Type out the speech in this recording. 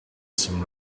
some